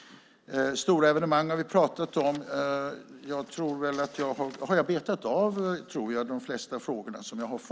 Stora evenemang har vi pratat om. Jag tror att jag har betat av de flesta frågor som jag har fått.